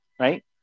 right